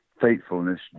faithfulness